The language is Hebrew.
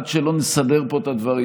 עד שלא נסדר פה את הדברים,